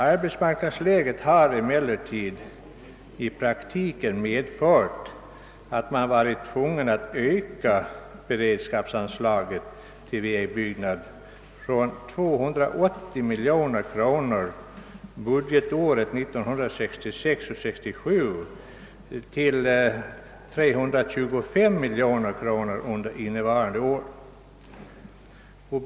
Arbetsmarknadsläget har emellertid i praktiken medfört att man varit tvungen öka beredskapsanslaget till vägbyggnad från 280 miljoner kronor budgetåret 1966/67 till 325 miljoner kronor under innevarande budgetår.